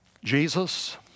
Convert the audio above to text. Jesus